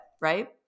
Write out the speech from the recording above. right